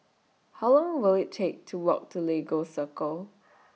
How Long Will IT Take to Walk to Lagos Circle